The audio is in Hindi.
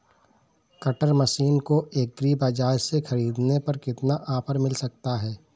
कटर मशीन को एग्री बाजार से ख़रीदने पर कितना ऑफर मिल सकता है?